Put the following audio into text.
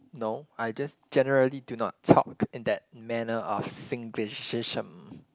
no I just generally do not talk in that manner of Singlish-ism